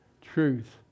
Truth